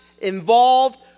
involved